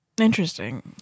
Interesting